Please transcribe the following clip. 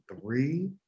three